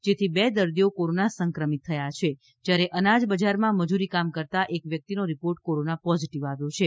જેથી બે દર્દીઓ કોરોના સંક્રમિત થયા જ્યારે અનાજ બજારમાં મજૂરી કામ કરતાં એક વ્યક્તિનો રિપોર્ટ કોરોના પોઝીટીવ આવ્યો છે